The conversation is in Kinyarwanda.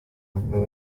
abagabo